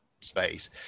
space